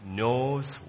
knows